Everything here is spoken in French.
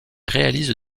réalise